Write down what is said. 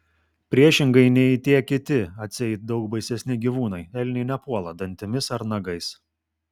priešingai nei tie kiti atseit daug baisesni gyvūnai elniai nepuola dantimis ar nagais